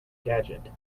gadget